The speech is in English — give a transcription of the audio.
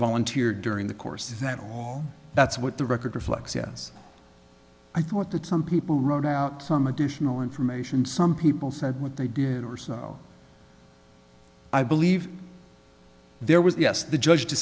volunteered during the course is that all that's what the record reflects yes i thought that some people wrote out some additional information some people said what they did or i believe there was yes the judge